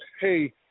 hey